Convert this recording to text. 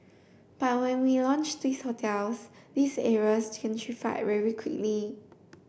but when we launched these hotels these areas gentrified very quickly